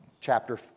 chapter